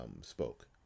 spoke